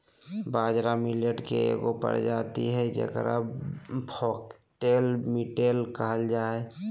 बाजरा मिलेट के एगो प्रजाति हइ जेकरा फॉक्सटेल मिलेट कहल जा हइ